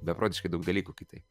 beprotiškai daug dalykų kitaip